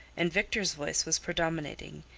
and victor's voice was predominating,